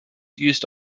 used